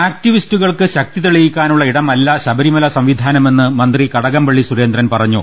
ആക്ടിവിസ്റ്റുകൾക്ക് ശക്തി തെളിയിക്കാനുള്ള ഇടമല്ല ശബ രിമല സന്നിധാനമെന്ന് മന്ത്രി കടകംപ്ള്ളി സുരേന്ദ്രൻ പറഞ്ഞു